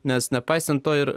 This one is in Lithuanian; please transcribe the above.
nes nepaisant to ir